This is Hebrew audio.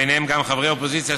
ובהם גם חברי אופוזיציה,